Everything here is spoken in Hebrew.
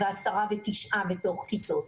עשרה ותשעה בתוך כיתות.